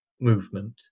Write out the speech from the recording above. movement